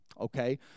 okay